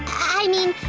i mean,